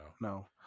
no